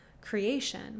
creation